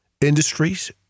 industries